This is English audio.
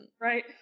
right